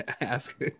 ask